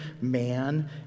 man